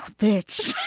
bitch